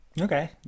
okay